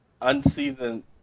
unseasoned